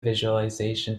visualization